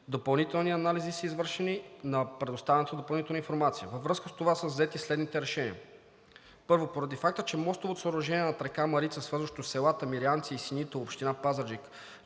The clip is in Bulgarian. допълнителни анализи са извършени на предоставената допълнителна информация. Във връзка с това са взети следните решения: първо, поради факта, че мостовото съоръжение над река Марица, свързващо селата Мирянци и Синитово, община Пазарджик,